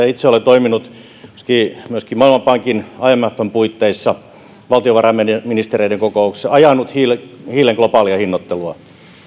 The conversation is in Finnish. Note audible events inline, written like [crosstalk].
[unintelligible] itse olen toiminut maailmanpankin imfn puitteissa valtiovarainministereiden kokouksissa eli ajanut hiilen hiilen globaalia hinnoittelua